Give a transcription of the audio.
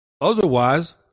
Otherwise